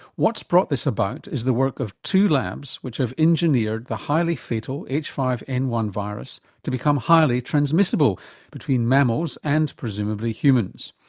what's brought this about is the work of two labs which have engineered the highly fatal h five n one virus to become highly transmissible between mammals and presumably humans.